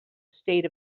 state